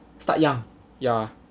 start young ya